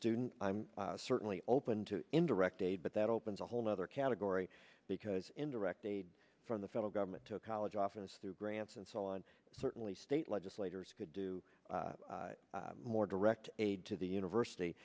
student i'm certainly open to indirect aid but that opens a whole other category because in direct aid from the federal government to a college office through grants and so on certainly state legislators could do more direct aid to the university